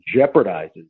jeopardizes